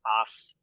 off